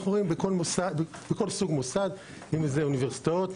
אנחנו רואים בכל סוג מוסד אם זה אוניברסיטאות,